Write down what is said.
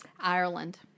Ireland